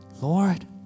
Lord